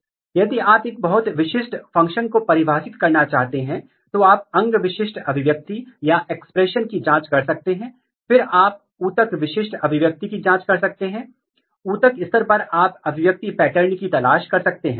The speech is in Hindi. इसलिए इसे कई नियामकों कई मार्गों द्वारा विनियमित किया जाता है और उनमें से कुछ डिपेंडेंट तरीके से काम कर रहे हैं और कुछ इंटरडिपेंडेंट तरीके से काम कर रहे हैं यहां क्रॉस टॉक की एक बड़ी संभावना है